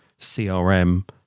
CRM